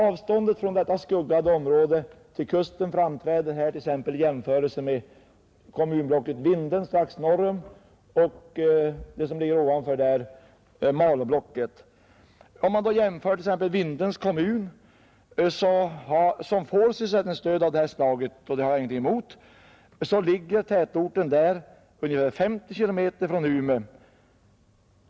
Avståndet från detta skuggade område till kusten bör jämföras med motsvarande avstånd i fråga om kommunblocket Vindeln strax norr om Bjurholm samt Malåblocket. Om man då jämför med t.ex. Vindelns kommun, som får sysselsättningsstöd av detta slag — det har jag i och för sig ingenting emot — finner man att tätorten där ligger ungefär 50 kilometer från Umeå.